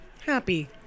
happy